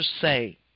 say